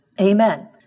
Amen